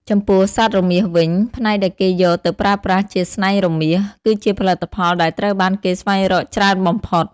ចំពោះសត្វរមាសវិញ ផ្នែកដែលគេយកទៅប្រើប្រាស់ជាស្នែងរមាស គឺជាផលិតផលដែលត្រូវបានគេស្វែងរកច្រើនបំផុត។